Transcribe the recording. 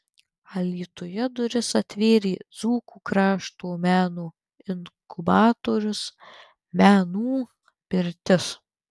alytuje duris atvėrė dzūkų krašto menų inkubatorius menų pirtis